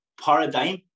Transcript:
Paradigm